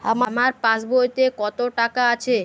আমার পাসবইতে কত টাকা আছে?